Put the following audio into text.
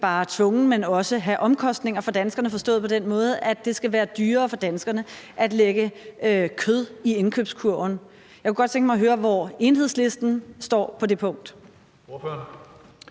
bare tvungen, men også have omkostninger for danskerne – forstået på den måde, at det skulle være dyrere for danskerne at lægge kød i indkøbskurven. Jeg kunne godt tænke mig at høre, hvor Enhedslisten står på det punkt.